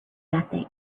nothing